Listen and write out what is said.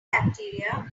bacteria